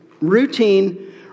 routine